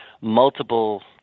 multiple